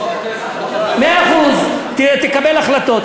מאה אחוז, תקבל החלטות.